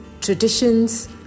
traditions